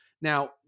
Now